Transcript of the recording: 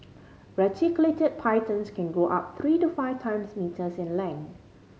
reticulated pythons can grow up three to five times metres in length